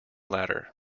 latter